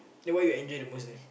then what you enjoy the most there